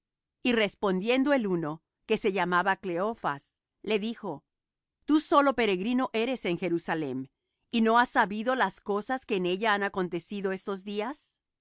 y respondiendo el uno que se llamaba cleofas le dijo tú sólo peregrino eres en jerusalem y no has sabido las cosas que en ella han acontecido estos días